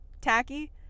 tacky